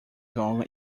jogam